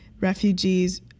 refugees